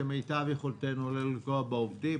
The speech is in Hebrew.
כמיטב יכולתנו לא לפגוע בעובדים.